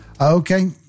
Okay